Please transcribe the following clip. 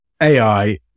AI